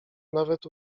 nawet